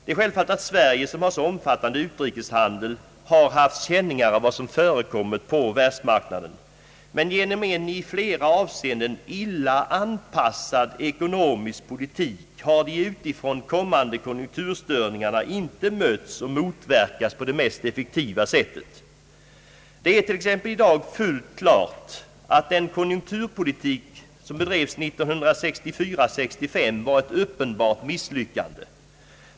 Det är självfallet att Sverige, som har så omfattande utrikeshandel, har haft känningar av vad som förekommit på världsmarknaden, men genom en i flera avseenden illa anpassad ekonomisk politik har de utifrån kommande konjunkturstörningarna inte mötts och motverkats på det mest effektiva sättet. Det är t.ex. i dag fullt klart, att den konjunkturpolitik som bedrevs 1964— 1965 var ett uppenbart misslyckande.